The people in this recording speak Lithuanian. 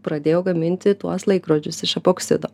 pradėjau gaminti tuos laikrodžius iš epoksido